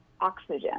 oxygen